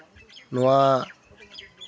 ᱱᱚᱣᱟ